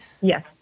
Yes